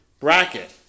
Bracket